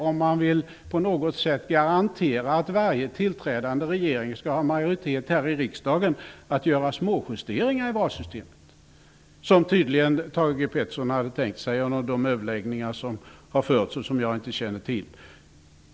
Om man på något sätt vill garantera att varje tillträdande regering skall ha majoritet här i riksdagen hjälper det inte att göra småjusteringar i valsystemet, vilket tydligen Thage G Peterson hade tänkt sig under de överläggningar som har förts som inte jag känner till.